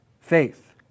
faith